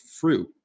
fruit